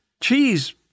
Cheese